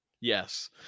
yes